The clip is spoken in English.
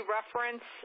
reference